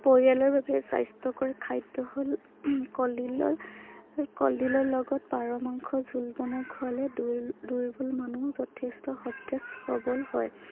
পৰিয়ালৰ বাবে স্বাস্থ্য়কৰ খাদ্য় হ'ল কলডিলৰ কলডিলৰ লগত পাৰ মাংসৰ জোল বনাই খোৱালে দুৰ দুৰ্বল মানুহো যথেষ্ট সতেজ সৱল হয়